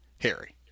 Harry